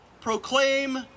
proclaim